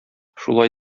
шулай